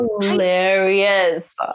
hilarious